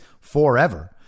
forever